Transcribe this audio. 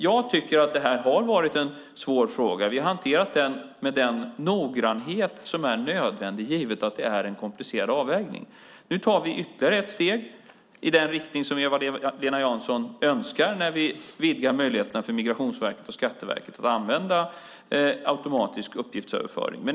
Jag tycker att det här har varit en svår fråga. Vi har hanterat den med den noggrannhet som är nödvändig, givet att det är en komplicerad avvägning. Nu tar vi ytterligare ett steg i den riktning som Eva-Lena Jansson önskar när vi vidgar möjligheterna för Migrationsverket och Skatteverket att använda automatisk uppgiftsöverföring.